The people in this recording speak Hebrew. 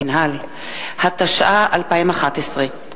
התשע"א 2011,